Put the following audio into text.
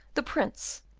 the prince,